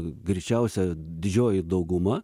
greičiausia didžioji dauguma